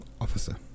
officer